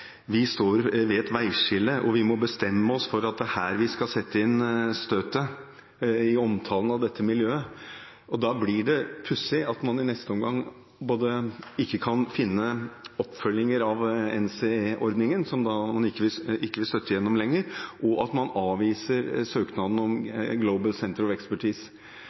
står ved et veiskille, og vi må bestemme oss for at det er her vi skal sette støtet.» Da blir det pussig at man i neste omgang ikke kan finne oppfølginger av NCE-ordningen, som man ikke vil gi støtte gjennom lenger, og at man avviser søknaden om Global